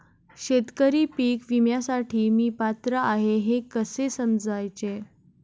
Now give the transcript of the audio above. शेतकरी पीक विम्यासाठी मी पात्र आहे हे कसे समजायचे?